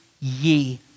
ye